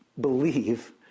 believe